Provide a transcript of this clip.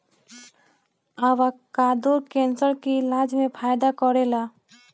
avocado cancer के इलाज में फायदा करेला